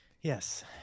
Yes